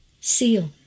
seal